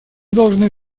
должны